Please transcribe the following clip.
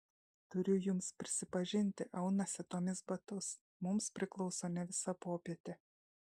turiu jums prisipažinti aunasi tomis batus mums priklauso ne visa popietė